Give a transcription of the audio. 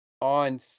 on